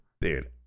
dude